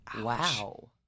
Wow